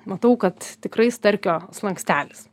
matau kad tikrai starkio slankstelis